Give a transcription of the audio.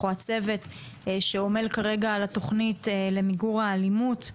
הצוות במשרד החינוך שעומל כרגע על התוכנית למיגור האלימות.